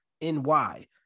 ny